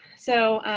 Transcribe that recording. so